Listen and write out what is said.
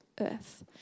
earth